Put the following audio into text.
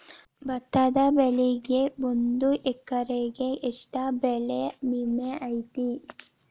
ಭತ್ತದ ಬೆಳಿಗೆ ಒಂದು ಎಕರೆಗೆ ಎಷ್ಟ ಬೆಳೆ ವಿಮೆ ಐತಿ?